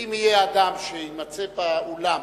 ואם יהיה אדם שיימצא באולם